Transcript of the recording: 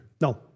No